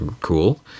cool